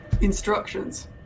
Instructions